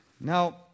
Now